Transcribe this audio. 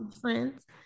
friends